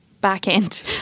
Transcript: back-end